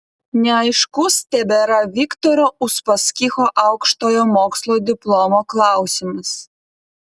neaiškus tebėra viktoro uspaskicho aukštojo mokslo diplomo klausimas